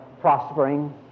prospering